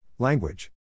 Language